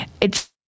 it's-